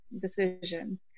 decision